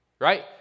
right